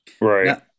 Right